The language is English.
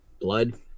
blood